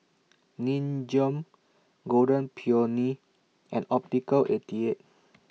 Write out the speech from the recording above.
Nin Jiom Golden Peony and Optical eighty eight